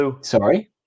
Sorry